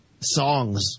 Songs